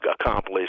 accomplished